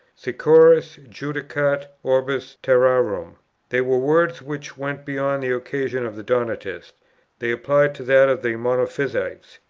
securus judicat orbis terrarum they were words which went beyond the occasion of the donatists they applied to that of the monophysites.